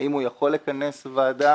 האם הוא יכול לכנס ועדה